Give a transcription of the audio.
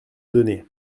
données